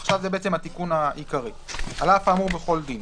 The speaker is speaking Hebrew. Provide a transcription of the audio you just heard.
"(א1)על אף האמור בכל דין,